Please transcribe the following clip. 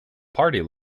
party